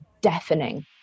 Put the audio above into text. deafening